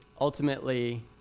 Ultimately